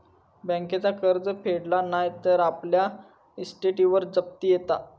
बँकेचा कर्ज फेडला नाय तर आपल्या इस्टेटीवर जप्ती येता